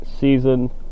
season